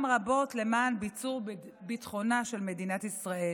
רבות למען ביצור ביטחונה של מדינת ישראל.